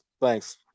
Thanks